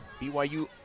BYU